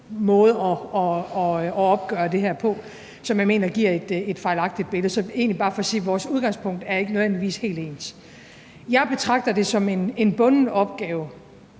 måde at opgøre det her på, som jeg mener giver et fejlagtigt billede. Så det er egentlig bare for at sige, at vores udgangspunkt ikke nødvendigvis er helt ens. Jeg betragter det som en bunden opgave